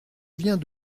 viens